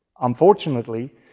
unfortunately